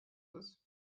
ist